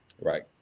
Right